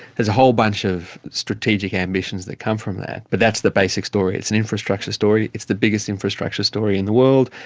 there's a whole bunch of strategic ambitions that come from that, but that's the basic story. it's an infrastructure story, it's the biggest infrastructure story in the world,